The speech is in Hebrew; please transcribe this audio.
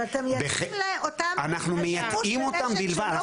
אבל אתם מיידעים --- אנחנו מיידעים אותם בלבד,